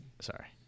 sorry